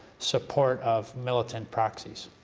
support of militant proxies